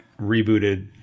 rebooted